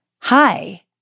hi